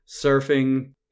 surfing